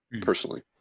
personally